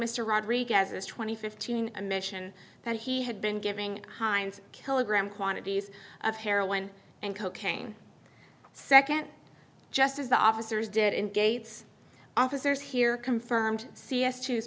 mr rodriguez's twenty fifteen a mission that he had been giving hines kilogram quantities of heroin and cocaine second just as the officers did in gates officers here confirmed c s choose